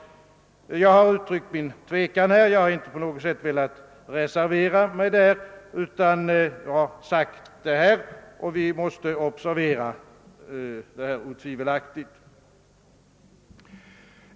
Jag har uttryckt min tvekan men har inte på något sätt velat reservera mig. Vi måste dock observera denna risk.